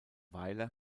weiler